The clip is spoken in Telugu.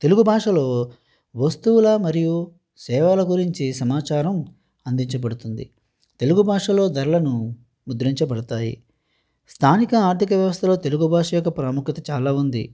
తెలుగు భాషలో వస్తువుల మరియు సేవల గురించి సమాచారం అందించబడుతుంది తెలుగు భాషలో ధరలను ముద్రించబడుతాయి స్థానిక ఆర్థిక వ్యవస్థలో తెలుగు భాష యొక్క ప్రాముఖ్యత చాలా ఉంది